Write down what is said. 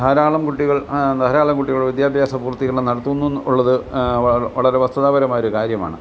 ധാരാളം കുട്ടികൾ ധാരാളം കുട്ടികൾ വിദ്യാഭ്യാസ പൂർത്തീകരണം നടത്തുന്നു എന്ന് ഉള്ളത് വളരെ വസ്തുതാപരമായൊരു കാര്യമാണ്